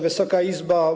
Wysoka Izbo!